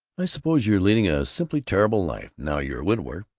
i suppose you're leading a simply terrible life, now you're a widower,